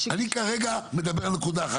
אני כרגע מדבר על נקודה אחת.